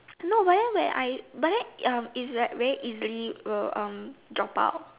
no but then when I but then um it's like very easily will um drop out